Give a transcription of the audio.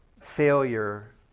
failure